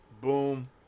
Boom